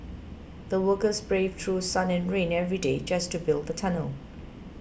the workers braved through sun and rain every day just to build the tunnel